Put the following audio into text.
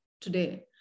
today